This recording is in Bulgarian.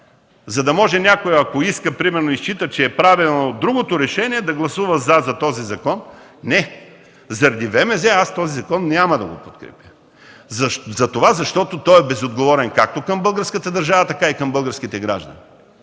За да може някой, ако иска, примерно, и счита, че е правилно другото решение, да гласува „за” за този закон? Не, заради ВМЗ аз този закон няма да го подкрепя, затова защото той е безотговорен както към българската държава, така и към българските граждани.